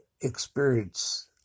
experience